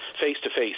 face-to-face